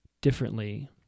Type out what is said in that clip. differently